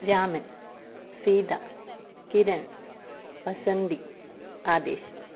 Raman Sita Kiran Vasanthi Adesh